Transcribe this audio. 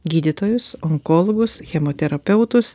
gydytojus onkologus chemoterapeutus